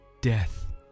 death